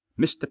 mr